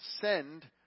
send